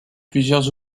plusieurs